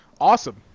Awesome